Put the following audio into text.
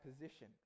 position